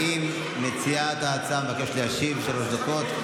האם מציעת ההצעה מבקשת להשיב בשלוש דקות?